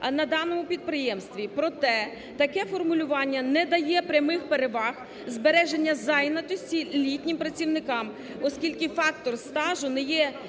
на даному підприємстві. Проте таке формулювання не дає прямих переваг збереження зайнятості літнім працівникам, оскільки фактор стажу є